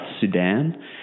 Sudan